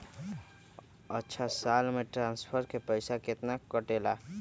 अछा साल मे ट्रांसफर के पैसा केतना कटेला?